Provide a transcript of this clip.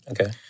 Okay